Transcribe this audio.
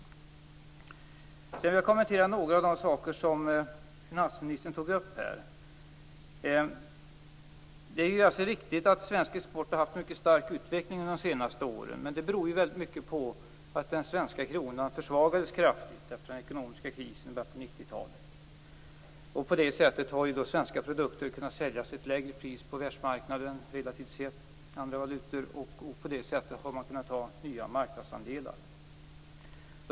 Sedan vill jag kommentera några av de saker som finansministern tog upp. Det är riktigt att svensk export har haft en mycket stark utveckling under de senaste åren. Det beror väldigt mycket på att den svenska kronan försvagades mycket kraftigt efter den ekonomiska krisen i början på 90-talet. På det sättet har svenska produkter kunnat säljas till ett relativt sett lägre pris på världsmarknaden, och på det sättet har man kunnat ta nya marknadsandelar.